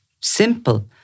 simple